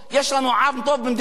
יש לנו עם טוב במדינת ישראל,